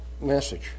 message